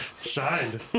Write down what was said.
Shined